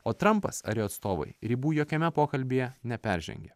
o trampas ar jo atstovai ribų jokiame pokalbyje neperžengė